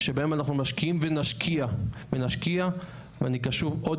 שבהם אנחנו משקיעים ונשקיע ואני קשוב עוד